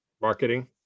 Marketing